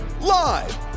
live